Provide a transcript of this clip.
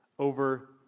Over